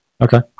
Okay